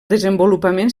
desenvolupament